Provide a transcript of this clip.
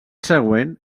següent